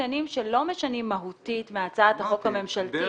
זה טיובים קטנים שלא משנים מהותית מהצעת החוק הממשלתית.